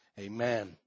Amen